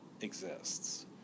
exists